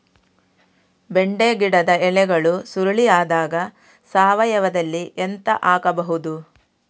ಬೆಂಡೆ ಗಿಡದ ಎಲೆಗಳು ಸುರುಳಿ ಆದಾಗ ಸಾವಯವದಲ್ಲಿ ಎಂತ ಹಾಕಬಹುದು?